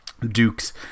Dukes